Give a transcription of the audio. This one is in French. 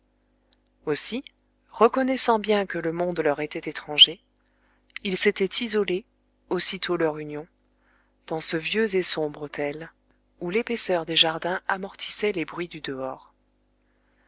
aussi reconnaissant bien que le monde leur était étranger ils s'étaient isolés aussitôt leur union dans ce vieux et sombre hôtel où l'épaisseur des jardins amortissait les bruits du dehors